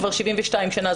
כבר 72 שנה.